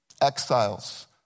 exiles